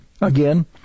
again